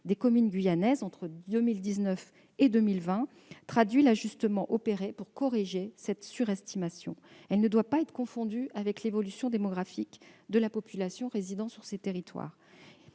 des communes guyanaises entre 2019 et 2020 traduit l'ajustement opéré pour corriger cette surestimation. Elle ne doit pas être confondue avec l'évolution démographique de la population résidant sur ces territoires,